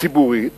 ציבורית